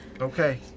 Okay